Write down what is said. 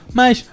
mas